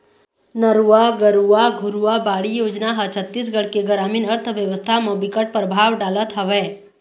नरूवा, गरूवा, घुरूवा, बाड़ी योजना ह छत्तीसगढ़ के गरामीन अर्थबेवस्था म बिकट परभाव डालत हवय